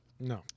No